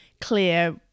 clear